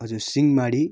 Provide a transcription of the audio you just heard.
हजुर सिंहमारी